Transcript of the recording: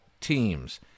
teams